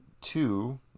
two